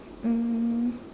um